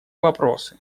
вопросы